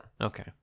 Okay